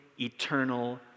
eternal